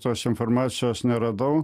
tos informacijos neradau